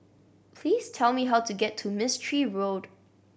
please tell me how to get to Mistri Road